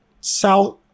south